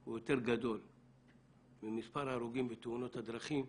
הוא יותר גדול ממספר ההרוגים בתאונות הדרכים,